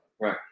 Right